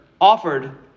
offered